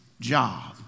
job